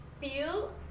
Feel